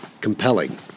compelling